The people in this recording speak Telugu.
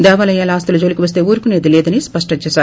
దేవాలయాల ఆస్తుల జోలికి వస్తే ఉరుకునేది లేదని స్పష్టం చేశారు